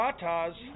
Tatas